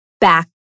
back